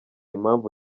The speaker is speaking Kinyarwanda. impamvu